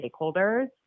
stakeholders